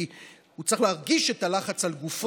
כי הוא צריך להרגיש את הלחץ על גופו.